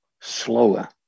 slower